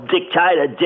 Dictator